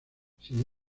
sin